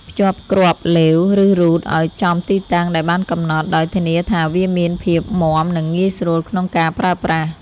ភ្ជាប់គ្រាប់ឡេវ ឬរ៉ូតឱ្យចំទីតាំងដែលបានកំណត់ ដោយធានាថាវាមានភាពមាំ និងងាយស្រួលក្នុងការប្រើប្រាស់។